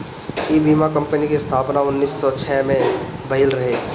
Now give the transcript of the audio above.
इ बीमा कंपनी के स्थापना उन्नीस सौ छह में भईल रहे